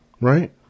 Right